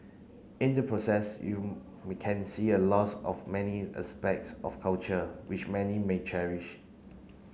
in the process you may can see a loss of many aspects of culture which many may cherish